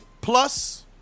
plus